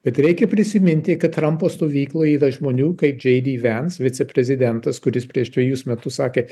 bet reikia prisiminti kad trampo stovykloj yra žmonių kaip j d vance viceprezidentas kuris prieš dvejus metus sakė